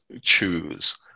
choose